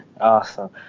Awesome